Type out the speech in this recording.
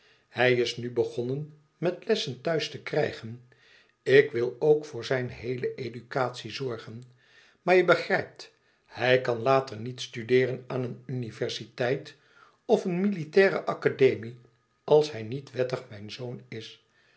hij is nu begonnen met lessen thuis te krijgen ik wil ook voor zijn heele educatie zorgen maar je begrijpt hij kan later niet studeeren aan een universiteit of een militaire academie als hij niet wettig mijn zoon is